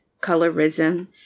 colorism